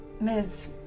Ms